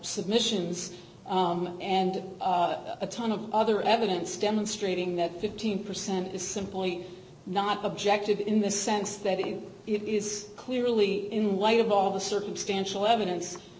submissions and a ton of other evidence demonstrating that fifteen percent is simply not objective in the sense that it is clearly in light of all the circumstantial evidence